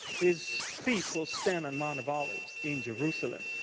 his feet will stand on mount of olives in jerusalem.